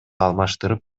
алмаштырып